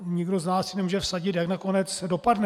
Nikdo z nás se nemůže vsadit, jak nakonec dopadne.